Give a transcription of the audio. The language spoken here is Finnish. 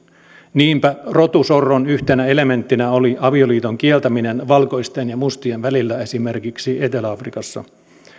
niinpä rotusorron yhtenä elementtinä oli avioliiton kieltäminen valkoisten ja mustien välillä esimerkiksi etelä afrikassa